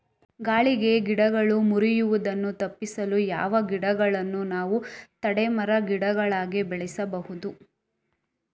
ಗಾಳಿಗೆ ಗಿಡಗಳು ಮುರಿಯುದನ್ನು ತಪಿಸಲು ಯಾವ ಗಿಡಗಳನ್ನು ನಾವು ತಡೆ ಮರ, ಗಿಡಗಳಾಗಿ ಬೆಳಸಬಹುದು?